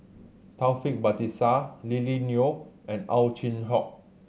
Taufik Batisah Lily Neo and Ow Chin Hock